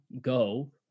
go